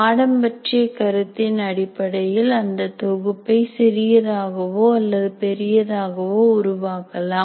பாடம் பற்றிய கருத்தின் அடிப்படையில் அந்த தொகுப்பை சிறியதாகவோ அல்லது பெரியதாகவோ உருவாக்கலாம்